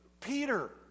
Peter